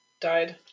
Died